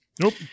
Nope